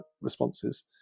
responses